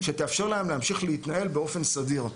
שתאפשר להם להמשיך להתנהל באופן סדיר.